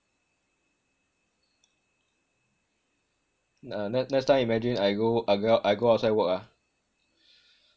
uh next time imagine I go I go outside work ah